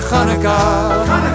Hanukkah